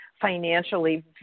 financially